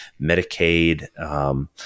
Medicaid